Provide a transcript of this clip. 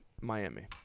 Miami